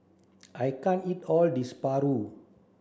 I can't eat all this Paru